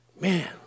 Man